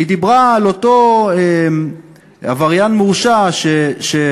והיא דיברה על אותו עבריין מורשע שמת